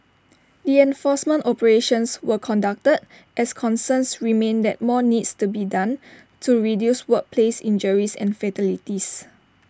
the enforcement operations were conducted as concerns remain that more needs to be done to reduce workplace injuries and fatalities